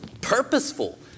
purposeful